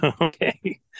Okay